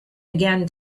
again